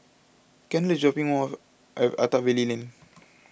Kendal is dropping me off at Attap Valley Lane